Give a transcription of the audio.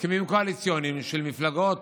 הסכמים קואליציוניים של מפלגות